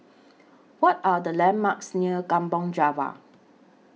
What Are The landmarks near Kampong Java